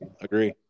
agree